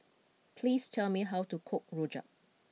please tell me how to cook Rojak